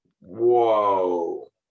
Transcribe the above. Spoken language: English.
Whoa